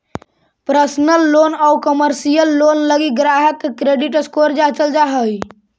personal loan आउ commercial loan लगी ग्राहक के क्रेडिट स्कोर जांचल जा हइ